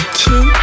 two